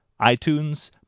iTunes